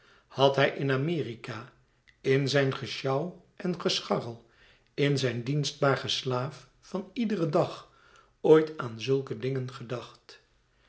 had hij in amerika in zijn gesjouw en gescharrel in zijn dienstbaar geslaaf van iederen dag ooit aan zulke dingen gedacht